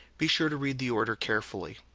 be sure to read the order carefully.